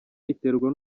iterwa